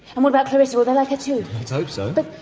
and what about clarissa, will they like her too? let's hope so! but,